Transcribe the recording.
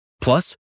Plus